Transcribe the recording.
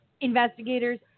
investigators